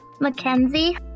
Mackenzie